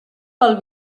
pel